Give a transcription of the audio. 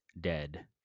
dead